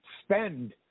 spend